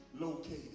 located